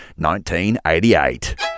1988